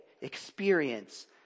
experience